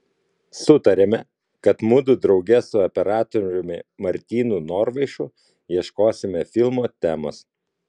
sutarėme kad mudu drauge su operatoriumi martynu norvaišu ieškosime filmo temos